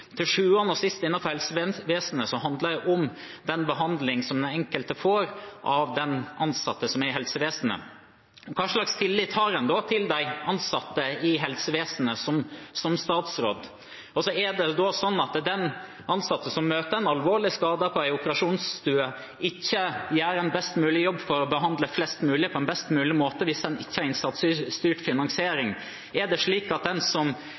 Til sjuende og sist handler det innenfor helsevesenet om den behandling som den enkelte får av den ansatte i helsevesenet. Hva slags tillit har en da til de ansatte i helsevesenet som statsråd? Er det sånn at den ansatte som møter en alvorlig skadet på en operasjonsstue, ikke gjør en best mulig jobb for å behandle flest mulig på en best mulig måte hvis en ikke har innsatsstyrt finansiering? Er det slik at den som